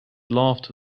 loved